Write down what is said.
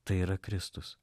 tai yra kristus